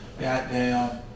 Goddamn